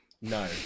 No